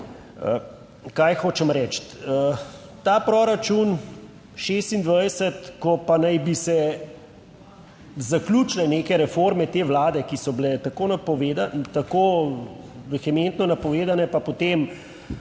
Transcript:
Kaj hočem reči? Ta proračun 2026, ko pa naj bi se zaključile neke reforme te vlade, ki so bile tako vehementno napovedane, pa potem